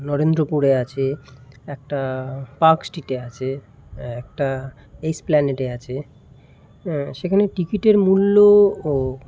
নরেন্দ্রপুরে আছে একটা পার্কস্ট্রীটে আছে একটা এসপ্ল্যানেডে আছে সেখানে টিকিটের মূল্যও ও